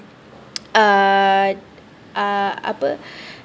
uh apa